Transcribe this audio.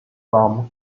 from